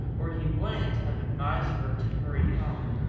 or he wouldn't have advised her to hurry home.